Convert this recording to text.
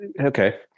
okay